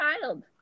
child